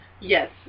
Yes